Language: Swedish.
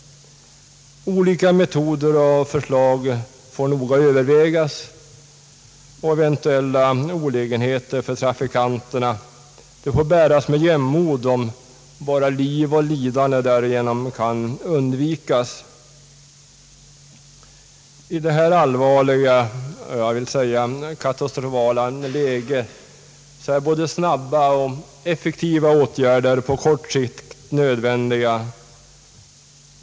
Olika metoder och förslag bör noga övervägas, och eventuella olägenheter för trafikanterna får bäras med jämnmod om bara liv och lidande därigenom kan sparas. I detta allvarliga — jag vill säga katastrofala — läge är både snabba och effektiva åtgärder på kort sikt nödvändiga.